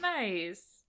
Nice